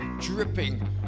dripping